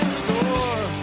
store